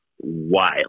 Wild